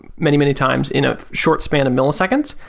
many many times in a short span of milliseconds.